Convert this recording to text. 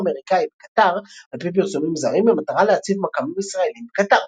אמריקאי בקטר על פי פרסומים זרים במטרה להציב מכ"מים ישראלים בקטר.